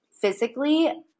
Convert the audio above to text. physically